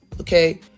Okay